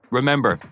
Remember